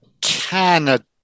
Canada